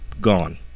gone